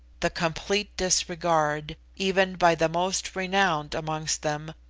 the complete disregard, even by the most renowned amongst them,